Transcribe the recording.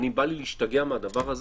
בא לי להשתגע מהדבר הזה,